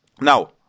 Now